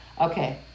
Okay